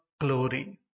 glory